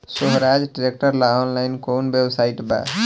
सोहराज tractor ला online कोउन website बा?